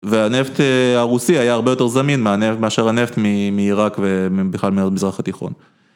והנפט הרוסי היה הרבה יותר זמין מאשר הנפט מעיראק ובכלל מארץ מזרח התיכון.